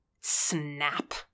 Snap